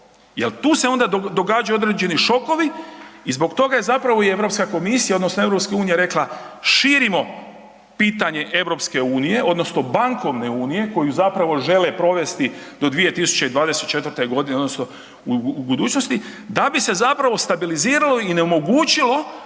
tu se onda događaju određeni šokovi i zbog toga je i Europska komisija odnosno EU rekla širimo pitanje EU odnosno bankovne unije koju zapravo žele provesti do 2024. godine odnosno u budućnosti da bi se stabiliziralo i onemogućilo